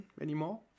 anymore